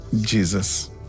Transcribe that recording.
Jesus